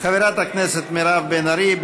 חברת הכנסת מירב בן ארי,